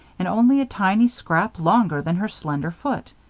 and only a tiny scrap longer than her slender foot.